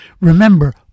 Remember